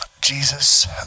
Jesus